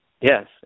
Yes